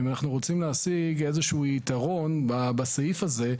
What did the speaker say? אם אנחנו רוצים להשיג איזה שהוא יתרון בסעיף הזה,